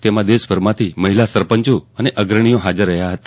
તેમાં દેશભરમાંથી મહિલા સરપંચો અને અગ્રણીઓ હાજર રહ્યા હતા